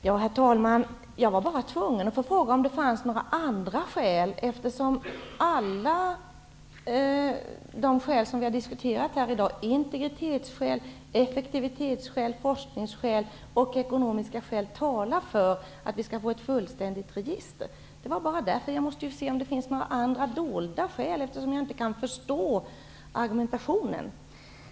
Herr talman! Jag var tvungen att fråga om det fanns några andra skäl. Alla de skäl som vi har diskuterat här i dag -- integritetsskäl, effektivitetsskäl, forskningsskäl och ekonomiska skäl -- talar för att vi skall ha ett fullständigt register. Jag måste få veta om det finns några dolda skäl, eftersom jag inte kan förstå argumentationen.